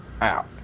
out